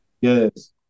Yes